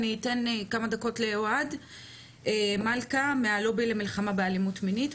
אני אתן כמה דקות לאהד מלכה מהלובי למלחמה באלימות מינית.